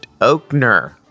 Oakner